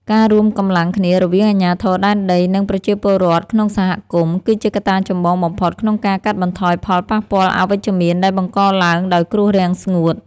ការរួមកម្លាំងគ្នារវាងអាជ្ញាធរដែនដី និងប្រជាពលរដ្ឋក្នុងសហគមន៍ គឺជាកត្តាចម្បងបំផុតក្នុងការកាត់បន្ថយផលប៉ះពាល់អវិជ្ជមានដែលបង្កឡើងដោយគ្រោះរាំងស្ងួត។